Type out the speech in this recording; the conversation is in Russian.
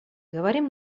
говорим